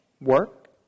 work